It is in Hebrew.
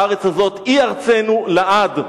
הארץ הזאת היא ארצנו לעד,